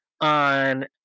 on